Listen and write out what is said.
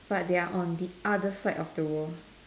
but they are on the other side of the world